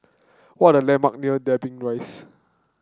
what are the landmark near Dobbie Rise